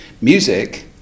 music